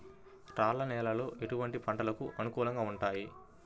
రాళ్ల నేలలు ఎటువంటి పంటలకు అనుకూలంగా ఉంటాయి?